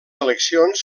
eleccions